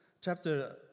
chapter